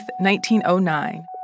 1909